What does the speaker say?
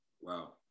wow